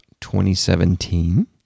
2017